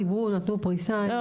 דיברו נתנו פריסה.